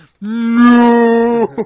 No